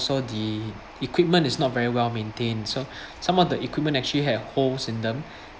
also the equipment is not very well-maintained so some of the equipment actually have holes in them